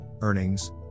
earnings